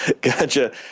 Gotcha